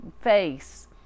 face